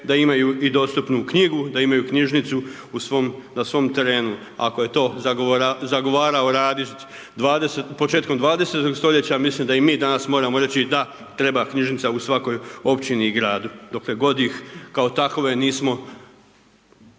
da imaju i dostupnu knjigu, da imaju knjižnicu na svoj terenu, ako je to zagovarao Radić početkom 20. st. mislim da i mi danas moramo reći da, treba knjižnica u svakoj općini i gradu, dokle god ih kao takve nismo